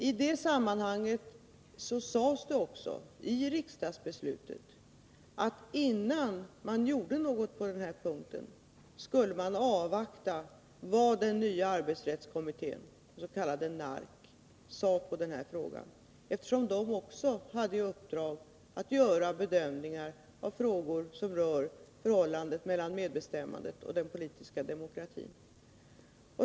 I det sammanhanget sades det också i riksdagsbeslutet att innan man gjorde något på den här punkten skulle man avvakta vad den nya arbetsrättskommittén, dens.k. NARK, sade i den här frågan, eftersom den också hade i uppdrag att göra bedömningar av frågor som rör förhållandet mellan medbestämmandet och den politiska demokratin.